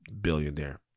billionaire